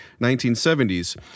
1970s